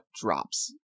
drops